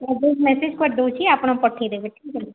ମୁଁ ମେସେଜ୍ କରିଦେଉଛି ଆପଣ ପଠେଇଦେବେ ଠିକ୍ ଅଛି